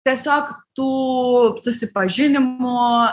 tiesiog tų susipažinimų